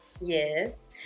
yes